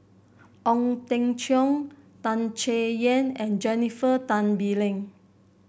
Ong Teng Cheong Tan Chay Yan and Jennifer Tan Bee Leng